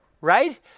right